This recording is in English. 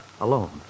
alone